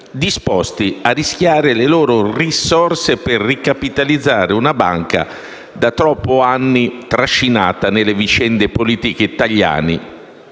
disposti a rischiare le loro risorse per ricapitalizzare una banca da troppi anni trascinata nelle vicende politiche italiane